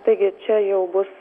taigi čia jau bus